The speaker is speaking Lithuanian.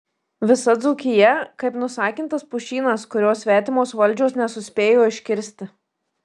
visa dzūkija kaip nusakintas pušynas kurio svetimos valdžios nesuspėjo iškirsti